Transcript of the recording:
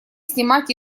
снимать